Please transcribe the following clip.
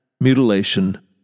mutilation